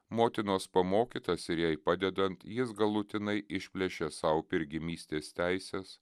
motinos pamokytas ir jai padedant jis galutinai išplėšė sau pirmgimystės teises